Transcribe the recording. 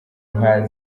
nka